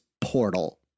portal